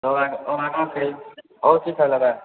आओर की सब लेबै